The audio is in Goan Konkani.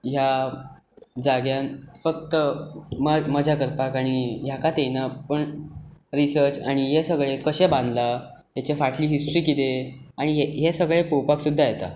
ह्या जाग्यांत फक्त मज्जा करपाक आनी ह्या खातीर येना पूण रिसर्च आनी हें सगळे कशें बांदलां हाची फाटली हिस्ट्री कितें आनी हें सगळें पळोवपाक सुद्दां येता